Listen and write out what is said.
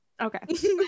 okay